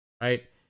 right